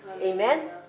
Amen